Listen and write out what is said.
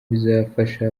bizafasha